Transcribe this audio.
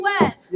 West